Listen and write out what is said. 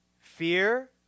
Fear